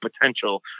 potential